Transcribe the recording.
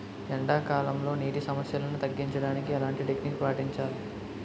ఎండా కాలంలో, నీటి సమస్యలను తగ్గించడానికి ఎలాంటి టెక్నిక్ పాటించాలి?